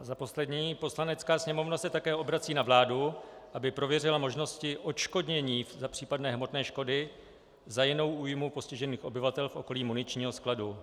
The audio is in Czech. A za poslední: Poslanecká sněmovna se také obrací na vládu, aby prověřila možnosti odškodnění za případné hmotné škody, za jinou újmu postižených obyvatel v okolí muničního skladu.